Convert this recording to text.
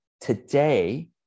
today